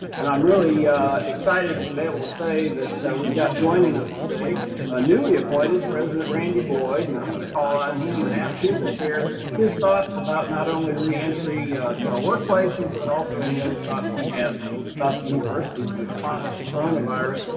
and i'm really excited to be able to say that we've got joining us today a newly appointed president randy boyd, and i'm going to call on him and ask him to share his thoughts about not only re-entry to our workplaces but also any other thoughts he has about the university's response to coronavirus.